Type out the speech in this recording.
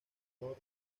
honor